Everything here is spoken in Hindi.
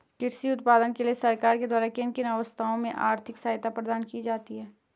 कृषि उत्पादन के लिए सरकार के द्वारा किन किन अवस्थाओं में आर्थिक सहायता प्रदान की जाती है?